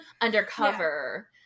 undercover